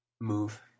move